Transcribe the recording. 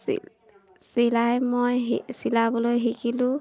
চিলাই মই চিলাবলৈ শিকিলোঁ